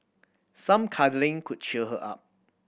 some cuddling could cheer her up